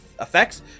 effects